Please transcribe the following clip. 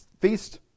feast